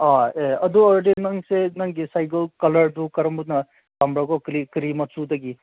ꯑꯥ ꯑꯦ ꯑꯗꯨ ꯑꯣꯏꯔꯗꯤ ꯅꯪꯁꯦ ꯅꯪꯒꯤ ꯁꯥꯏꯀꯜ ꯀꯂꯔꯗꯨ ꯀꯔꯝꯕꯅ ꯄꯥꯝꯕ꯭ꯔꯀꯣ ꯀꯔꯤ ꯀꯔꯤ ꯃꯆꯨꯗꯒꯤ